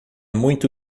muito